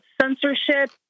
censorship